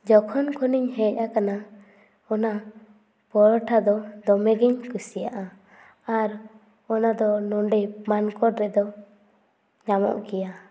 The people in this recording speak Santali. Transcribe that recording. ᱡᱚᱠᱷᱚᱱ ᱠᱷᱚᱱᱤᱧ ᱦᱮᱡ ᱟᱠᱟᱱᱟ ᱚᱱᱟ ᱯᱚᱨᱚᱴᱟ ᱫᱚ ᱫᱚᱢᱮᱜᱤᱧ ᱠᱩᱥᱤᱭᱟᱜᱼᱟ ᱟᱨ ᱚᱱᱟ ᱫᱚ ᱱᱚᱸᱰᱮ ᱢᱟᱱᱠᱚᱨ ᱨᱮᱫᱚ ᱧᱟᱢᱚᱜ ᱜᱮᱭᱟ